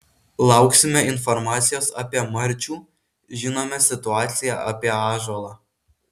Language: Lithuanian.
lauksime informacijos apie marčių žinome situaciją apie ąžuolą